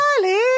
charlie